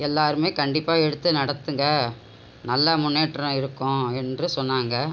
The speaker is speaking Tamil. எல்லாருமே கண்டிப்பாக எடுத்து நடத்துங்க நல்ல முன்னேற்றம் இருக்கும் என்று சொன்னாங்க